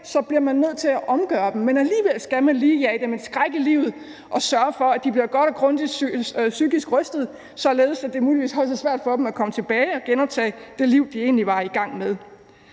bliver man nødt til at omgøre dem. Men alligevel skal man lige jage dem en skræk i livet og sørge for, at de bliver godt og grundigt psykisk rystede, således at det muligvis også er svært for dem at komme tilbage og genoptage det liv, de egentlig var i gang med.